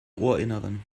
ohrinneren